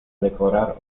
decorar